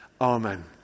Amen